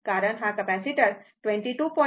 कारण हा कॅपेसिटर 22